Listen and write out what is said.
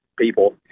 people